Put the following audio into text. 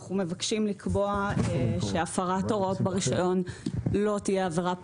אנחנו מבקשים לקבוע שהפרת הוראות ברישיון לא תהיה עבירה פלילית.